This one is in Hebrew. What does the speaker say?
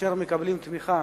אשר מקבלים תמיכה